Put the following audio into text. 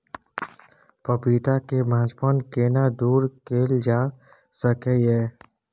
पपीता के बांझपन केना दूर कैल जा सकै ये?